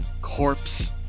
corpse